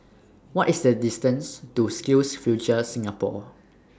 What IS The distance to SkillsFuture Singapore